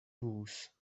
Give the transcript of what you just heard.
booze